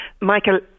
Michael